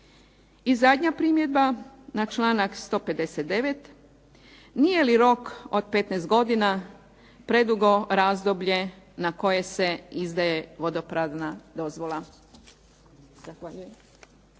I zadnja primjedba na članak 159. Nije li rok od 15 godina predugo razdoblje na koje se izdaje vodopravna dozvola?